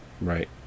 Right